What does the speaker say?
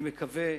אני מקווה